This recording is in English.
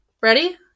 Ready